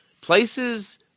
places